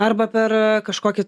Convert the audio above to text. arba per kažkokį